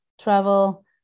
travel